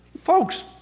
Folks